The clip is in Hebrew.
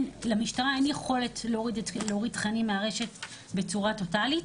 למשטרה אין יכולת להוריד תכנים מהרשת בצורה טוטאלית